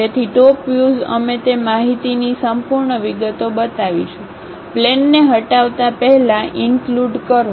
તેથી top views અમે તે માહિતીની સંપૂર્ણ વિગતો બતાવીશું પ્લેનને હટાવતા પહેલા ઈન્કલૂડ કરો